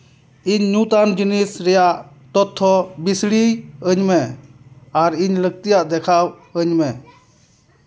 ᱤᱧ ᱧᱩᱛ ᱟᱱ ᱡᱤᱱᱤᱥ ᱨᱮᱭᱟᱜ ᱛᱚᱛᱛᱷᱚ ᱵᱤᱥᱲᱤ ᱟᱹᱧ ᱢᱮ ᱟᱨ ᱤᱧ ᱞᱟᱹᱠᱛᱤᱭᱟᱜ ᱫᱮᱠᱷᱟᱣ ᱟᱹᱧ ᱢᱮ